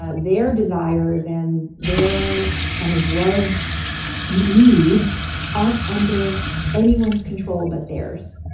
ah their desires and their kind of love needs aren't under anyone's control, but theirs.